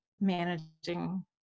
managing